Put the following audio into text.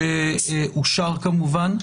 שאושר כמובן.